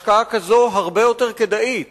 השקעה כזאת הרבה יותר כדאית